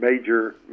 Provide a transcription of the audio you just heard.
major